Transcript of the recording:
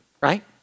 Right